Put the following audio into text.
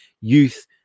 youth